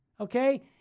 okay